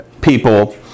people